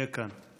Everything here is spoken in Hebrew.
שיהיה כאן.